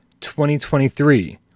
2023